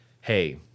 hey